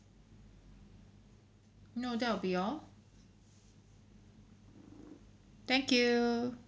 no that will be all thank you